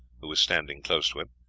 who was standing close to him.